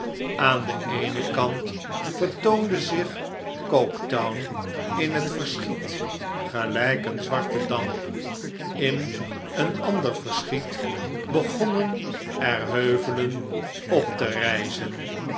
aan den eenen kant vertoonde zich coketown in het verschiet gelijk een zwarte damp in een ander verschiet begonnen er heuvelen op te rijzen